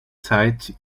zeit